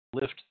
lift